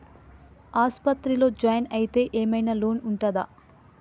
ఆస్పత్రి లో జాయిన్ అయితే ఏం ఐనా లోన్ ఉంటదా?